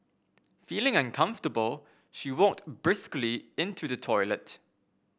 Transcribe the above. feeling uncomfortable she walked briskly into the toilet